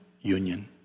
Union